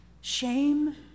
shame